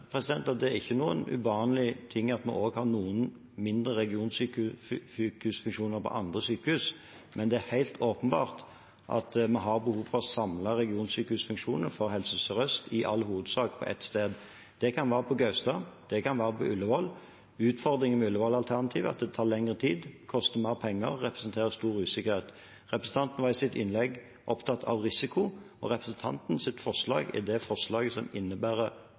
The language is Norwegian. ikke uvanlig at vi også har noen mindre regionsykehusfunksjoner på andre sykehus, men det er helt åpenbart at vi har behov for samlede regionsykehusfunksjoner for Helse Sør-Øst i all hovedsak på ett sted. Det kan være på Gaustad, det kan være på Ullevål. Utfordringen med Ullevål-alternativet er at det tar lengre tid, koster mer penger og representerer stor usikkerhet. Representanten var i sitt innlegg opptatt av risiko. Representantens forslag er det forslaget som innebærer